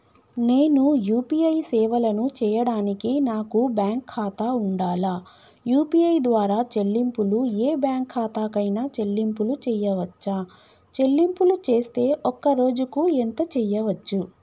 నేను యూ.పీ.ఐ సేవలను చేయడానికి నాకు బ్యాంక్ ఖాతా ఉండాలా? యూ.పీ.ఐ ద్వారా చెల్లింపులు ఏ బ్యాంక్ ఖాతా కైనా చెల్లింపులు చేయవచ్చా? చెల్లింపులు చేస్తే ఒక్క రోజుకు ఎంత చేయవచ్చు?